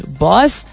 boss